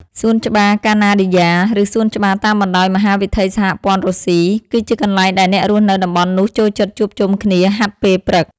សួនច្បារកាណាឌីយ៉ា ឬសួនច្បារតាមបណ្ដោយមហាវិថីសហព័ន្ធរុស្ស៊ី គឺជាកន្លែងដែលអ្នករស់នៅតំបន់នោះចូលចិត្តជួបជុំគ្នាហាត់ពេលព្រឹក។